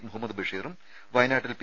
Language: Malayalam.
മുഹമ്മദ് ബഷീറും വയനാട്ടിൽ പി